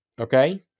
Okay